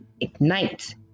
ignite